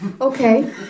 Okay